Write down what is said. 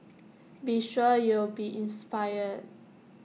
be sure you'll be inspired